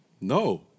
No